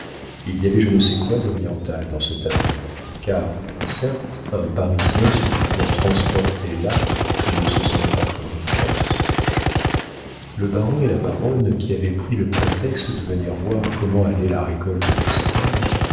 il y avait je ne sais quoi d'oriental dans ce tableau car certes un parisien subitement transporté là ne se serait pas cru en france le baron et la baronne qui avaient pris le prétexte de venir voir comment allait la récolte de sel